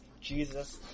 Jesus